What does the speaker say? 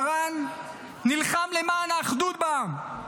מרן נלחם למען האחדות בעם,